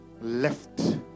left